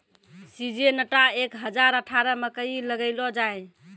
Syngenta एक हजार अठारह मकई लगैलो जाय?